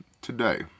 today